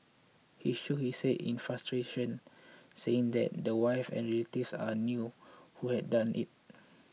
he shook his head in frustration saying that the wife and relatives all knew who had done it